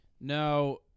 No